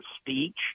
speech